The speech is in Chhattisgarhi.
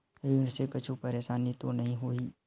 ऋण से कुछु परेशानी तो नहीं होही?